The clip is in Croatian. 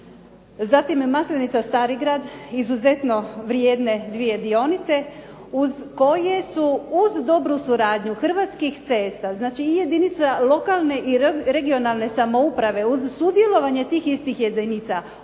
zatim Maslenica-STarigrad izuzetno vrijedne dvije dionice uz koje su uz dobru suradnju Hrvatskih cesta i jedinica lokalne, regionalne samouprave uz sudjelovanje tih istih jedinica